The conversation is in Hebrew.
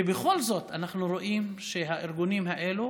ובכל זאת אנחנו רואים שהארגונים האלה